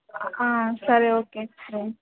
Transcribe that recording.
సరే ఓకే